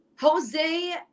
Jose